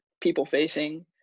people-facing